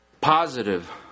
Positive